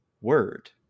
word